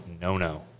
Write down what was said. no-no